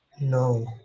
No